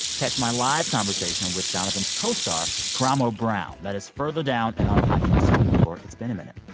catch my live conversation with jonathan's co-star karamo brown. that is further down in our podcast feed for it's been a minute.